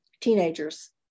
teenagers